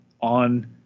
on